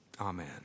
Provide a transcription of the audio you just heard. Amen